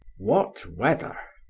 what weather!